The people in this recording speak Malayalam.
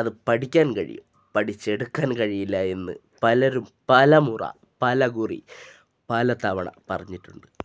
അത് പഠിക്കാൻ കഴിയും പഠിച്ചെടുക്കാൻ കഴിയില്ല എന്ന് പലരും പലമുറ പലകുറി പല തവണ പറഞ്ഞിട്ടുണ്ട്